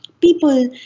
people